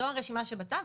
זו הרשימה שבצו.